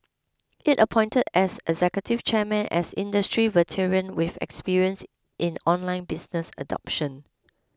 it appointed as executive chairman as industry veteran with experience in online business adoption